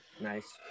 nice